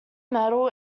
medal